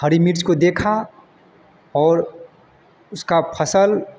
हरी मिर्च को देखा और उसकी फसल